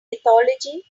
mythology